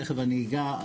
תכף אני אגע,